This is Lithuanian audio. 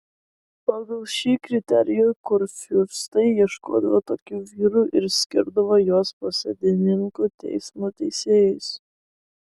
pagal šį kriterijų kurfiurstai ieškodavo tokių vyrų ir skirdavo juos posėdininkų teismų teisėjais